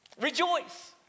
rejoice